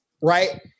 right